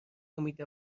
امید